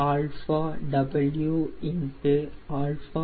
94 2